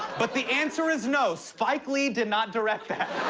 but the answer is no, spike lee did not direct that.